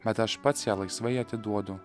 bet aš pats ją laisvai atiduodu